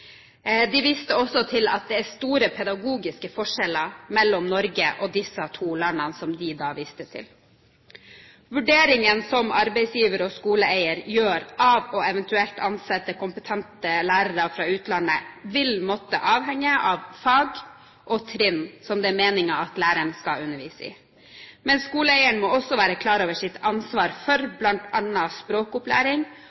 De viste også til at det er store pedagogiske forskjeller mellom Norge og de to landene som de viste til. Vurderingen som arbeidsgiver og skoleeier gjør av eventuelt å ansette kompetente lærere fra utlandet, vil måtte avhenge av de fag og trinn som det er meningen at læreren skal undervise i. Men skoleeieren må også være klar over sitt ansvar